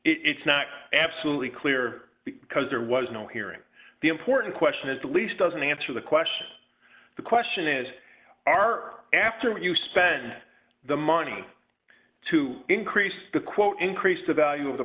it's not absolutely clear because there was no hearing the important question is the least doesn't answer the question the question is are after what you spend the money to increase the quote increase the value of the